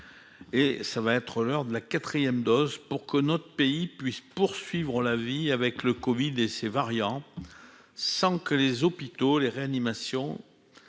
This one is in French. et ça va être l'heure de la 4ème dose pour que notre pays puisse poursuivre on la vie avec le Covid et ses variants sans que les hôpitaux les réanimations